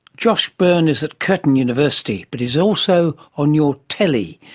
josh byrne is at curtin university, but he is also on your telly,